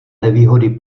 nevýhody